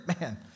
man